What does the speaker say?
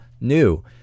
new